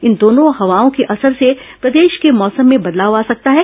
इन दोनों हवाओं के असर से प्रदेश के मौसम में बदलाव आ सकता है